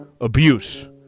abuse